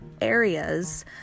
areas